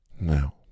Now